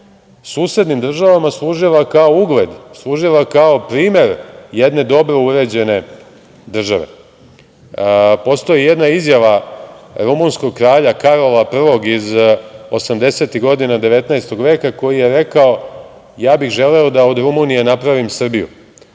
susednim državama služila kao ugled, kao primer jedne dobro uređene države. Postoji jedna izjava rumunskog kralja Karola I iz osamdesetih godina 19. veka koji je rekao – ja bih želeo da od Rumunije napravim Srbiju. Dakle,